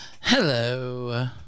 Hello